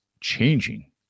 changing